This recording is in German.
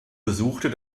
besuchte